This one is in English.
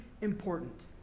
important